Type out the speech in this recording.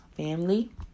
Family